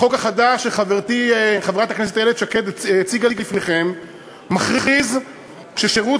החוק החדש שחברתי חברת הכנסת איילת שקד הציגה לפניכם מכריז ששירות